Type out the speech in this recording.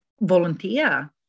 volunteer